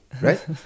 Right